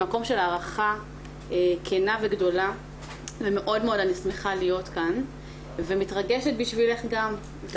ממקום של הערכה כנה וגדולה ואני מאוד שמחה להיות כאן ומתרגשת בשבילך גם,